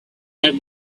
had